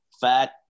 fat